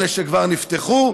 אלה שכבר נפתחו.